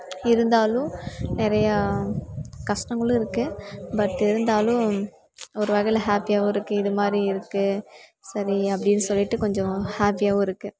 இருந்தாலும் நிறையா கஷ்டங்களும் இருக்கு பட் இருந்தாலும் ஒருவகையில ஹாப்பியாகவும் இருக்கு இதுமாதிரி இருக்கு சரி அப்படினு சொல்லிவிட்டு கொஞ்சம் ஹேப்பியாகவும் இருக்கு